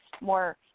more